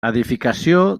edificació